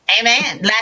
Amen